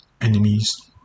enemies